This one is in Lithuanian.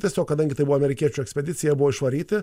tiesiog kadangi tai buvo amerikiečių ekspedicija buvo išvaryti